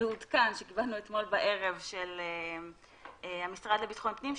מעודכן שקיבלנו אתמול בערב מהמשרד לביטחון הפנים,